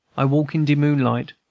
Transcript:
i walk in de moonlight,